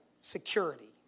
security